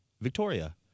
Victoria